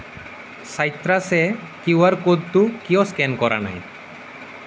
চাইট্ৰাছে QR ক'ডটো কিয় scan কৰা নাই